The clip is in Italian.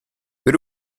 per